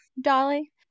Dolly